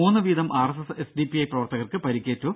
മൂന്ന് വീതം R S S S D P I പ്രവർത്തകർക്ക് പരിക്കേറ്റു